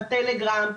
בטלגרם,